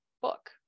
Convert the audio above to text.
book